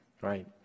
right